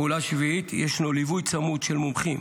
פעולה שביעית, ישנו ליווי צמוד של מומחים